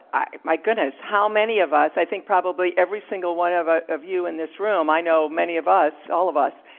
my goodness. how many of us, i think probably every single one of ah of you in this room, i know many of us, all of us,